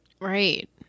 Right